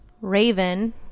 Raven